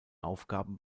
aufgaben